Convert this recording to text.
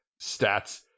stats